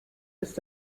ist